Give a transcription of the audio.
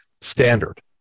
standard